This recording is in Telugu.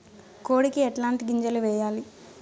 కోడికి ఎట్లాంటి గింజలు వేయాలి?